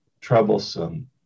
troublesome